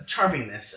charmingness